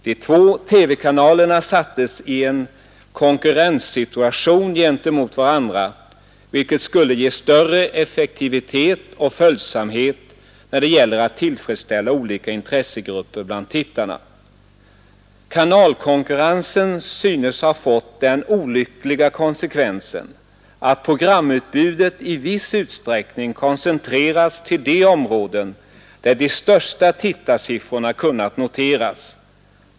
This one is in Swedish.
De två TV-kanalerna sattes i en konkurrenssituation gentemot varandra, vilket skulle ge större effektivitet och följsamhet när det gäller att tillfredsställa olika intressegrupper bland tittarna. Kanalkonkurrensen synes ha fått den olyckliga konsekvensen att programutbudet i viss utsträckning koncentreras till de områden där de största tittarsiffrorna kunnat noteras.